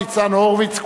ניצן הורוביץ.